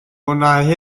mwynhau